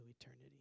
eternity